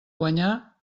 guanyar